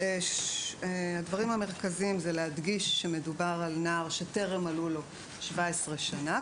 הדברים המרכזיים זה להדגיש שמדובר על נער שטרם מלאו לו 17 שנה,